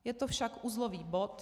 Je to však uzlový bod.